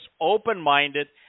open-minded